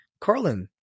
Carlin